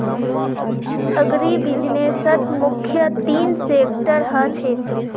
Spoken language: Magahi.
अग्रीबिज़नेसत मुख्य तीन सेक्टर ह छे